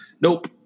Nope